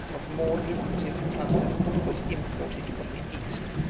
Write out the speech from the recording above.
of more lucrative plunder was imported from the east.